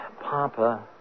Papa